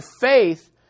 faith